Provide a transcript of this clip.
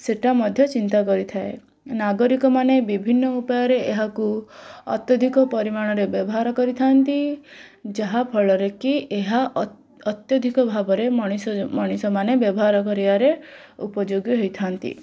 ସେଟା ମଧ୍ୟ ଚିନ୍ତା କରିଥାଏ ନାଗରିକ ମାନେ ବିଭିନ୍ନ ଉପାୟରେ ଏହାକୁ ଅତ୍ୟଧିକ ପରିମାଣରେ ବ୍ୟବହାର କରିଥାନ୍ତି ଯାହାଫଳରେ କି ଏହା ଅତ୍ୟଧିକ ମଣି ମଣିଷମାନେ ବ୍ୟବହାର କରିବାରେ ଉପଯୋଗୀ ହେଇଥାନ୍ତି